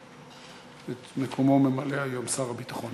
שאת מקומו ממלא היום שר הביטחון.